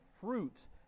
fruits